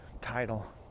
title